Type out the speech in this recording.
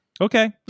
Okay